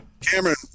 Cameron